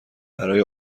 برای